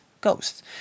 ghosts